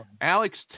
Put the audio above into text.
Alex